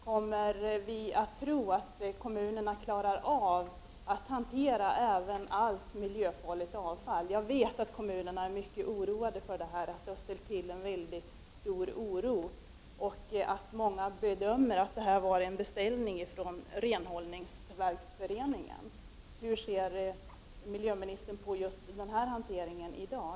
Kan vi tro att kommunerna klarar av att hantera även allt miljöfarligt avfall? Jag vet att kommunerna är mycket oroade. Många bedömer att det var en beställning från Renhållningsverksföreningen. Hur ser miljöministern på frågan i dag?